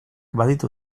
baditu